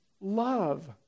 Love